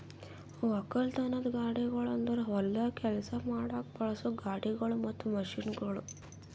ಒಕ್ಕಲತನದ ಗಾಡಿಗೊಳ್ ಅಂದುರ್ ಹೊಲ್ದಾಗ್ ಕೆಲಸ ಮಾಡಾಗ್ ಬಳಸೋ ಗಾಡಿಗೊಳ್ ಮತ್ತ ಮಷೀನ್ಗೊಳ್